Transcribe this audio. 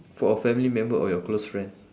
for a family member or your close friend